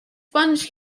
sponge